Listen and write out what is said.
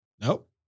Nope